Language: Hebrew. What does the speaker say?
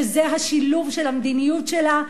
שזה השילוב של המדיניות שלה,